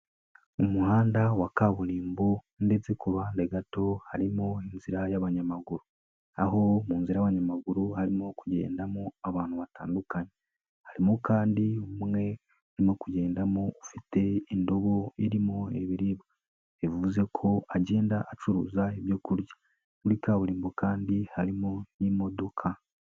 Umuhanda wa kaburimbo ndetse ku ruhande gato harimo inzira y'abanyamaguru, aho mu nzi y'abanyamaguru harimo kugendamo abantu batandukanye, harimo kandi umwe urimo kugendamo ufite indobo irimo ibiribwa. Bivuze ko agenda acuruza ibyo kurya, muri kaburimbo kandi harimo n'imodoka.